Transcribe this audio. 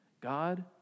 God